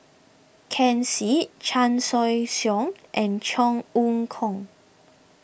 Ken Seet Chan Choy Siong and Cheong Kong